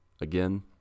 again